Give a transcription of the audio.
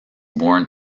born